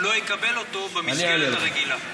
הוא לא יקבל אותו במסגרת הרגילה.